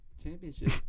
championship